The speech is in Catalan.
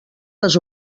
les